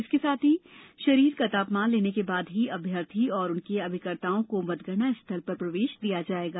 इसके साथ ही शरीर का तापमान लेने के बाद ही अभ्यर्थी और उनके अभिकर्ताओं को मतगणना स्थल पर प्रवेश दिया जाएगा